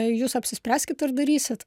jūs apsispręskit ar darysit